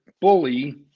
bully